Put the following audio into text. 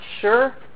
sure